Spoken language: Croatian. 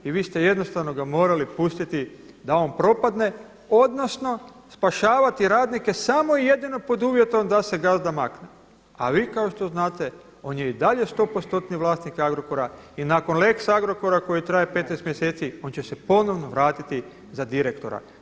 I vi ste jednostavno ga morali pustiti da on propadne odnosno spašavati radnike samo i jedino pod uvjetom da se gazda makne a vi kao što znate on je i dalje 100%-tni vlasnik Agrokora i nakon lex Agrokora koji traje 15 mjeseci on će se ponovno vratiti za direktora.